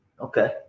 Okay